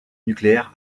nucléaire